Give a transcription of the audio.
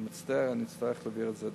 אני מצטער, אצטרך להעביר את זה,